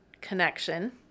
connection